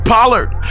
Pollard